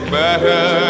better